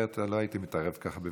אחרת לא הייתי מתערב ככה בוויכוחים,